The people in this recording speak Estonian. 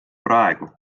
praegu